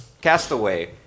castaway